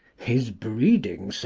his breeding, sir,